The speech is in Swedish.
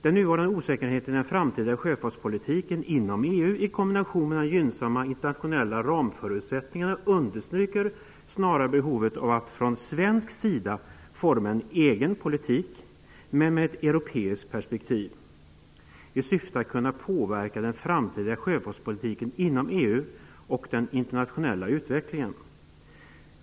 Den nuvarande osäkerheten kring den framtida sjöfartspolitiken inom EU, i kombination med de gynnsamma internationella ramförutsättningarna, understryker snarare behovet av att vi från svensk sida formar en egen politik med ett europeiskt perspektiv -- detta i syfte att kunna påverka den framtida sjöfartspolitiken inom EU och den internationella utvecklingen.